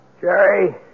Jerry